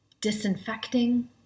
disinfecting